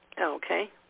okay